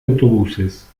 autobuses